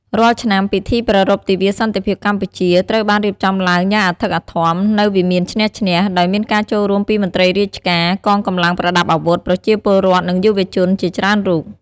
រាល់ឆ្នាំ ពិធីប្រារព្ធទិវាសន្តិភាពកម្ពុជា ត្រូវបានរៀបចំឡើងយ៉ាងអធិកអធម នៅវិមានឈ្នះ-ឈ្នះ ដោយមានការចូលរួមពីមន្ត្រីរាជការ កងកម្លាំងប្រដាប់អាវុធ ប្រជាពលរដ្ឋ និងយុវជនជាច្រើនរូប។